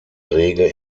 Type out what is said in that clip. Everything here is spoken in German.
rege